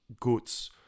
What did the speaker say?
goods